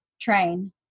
train